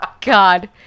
God